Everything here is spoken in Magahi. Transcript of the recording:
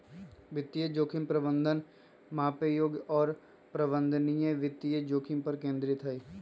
वित्तीय जोखिम प्रबंधन मापे योग्य और प्रबंधनीय वित्तीय जोखिम पर केंद्रित हई